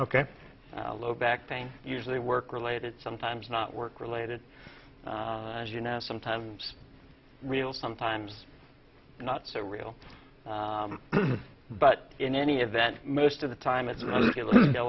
ok low back pain usually work related sometimes not work related as you know sometimes real sometimes not so real but in any event most of the time